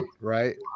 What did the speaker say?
right